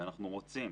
ואנחנו רוצים